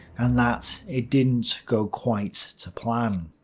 and that it didn't go quite to plan.